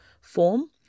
form